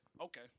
Okay